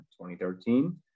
2013